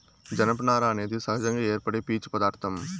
జనపనార అనేది సహజంగా ఏర్పడే పీచు పదార్ధం